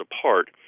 apart